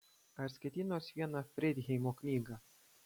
ar skaitei nors vieną freidheimo knygą